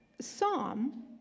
psalm